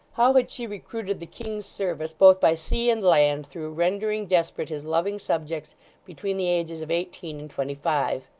how had she recruited the king's service, both by sea and land, through rendering desperate his loving subjects between the ages of eighteen and twenty-five!